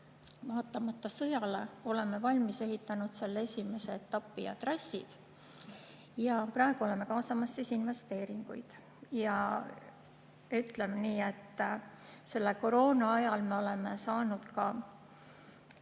Vaatamata sõjale oleme valmis ehitanud selle esimese etapi ja trassid ja praegu oleme kaasamas investeeringuid. Ütleme nii, et koroonaajal me oleme saanud ka